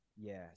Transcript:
Yes